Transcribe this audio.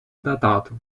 datato